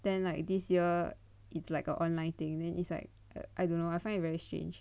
then like this year it's like a online thing then it's like I don't know I find it very strange